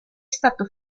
stato